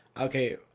Okay